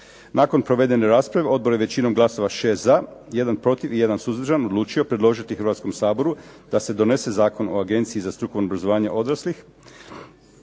Nakon provedene rasprave odbor je većinom glasova 6 za, 1 protiv, 1 suzdržan odlučio predložiti Hrvatskom saboru da se donese Zakon o Agenciji za strukovno obrazovanje odraslih.